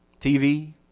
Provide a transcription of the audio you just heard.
TV